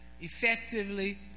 effectively